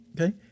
okay